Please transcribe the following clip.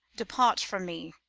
depart from me.